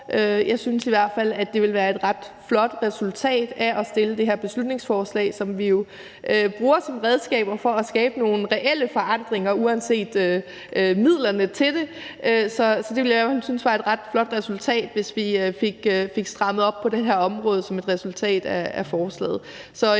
fald, at det vil være et ret flot resultat af at have fremsat det her beslutningsforslag – vi bruger jo beslutningsforslag som redskab for at skabe nogle reelle forandringer uanset midlerne til det. Så jeg ville synes, det var et ret flot resultat, hvis vi fik strammet op på det her område på baggrund af forslaget.